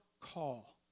call